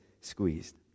squeezed